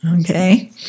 Okay